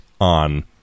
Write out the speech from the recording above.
on